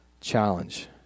challenge